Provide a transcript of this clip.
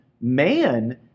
man